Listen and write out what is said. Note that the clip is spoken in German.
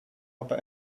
aber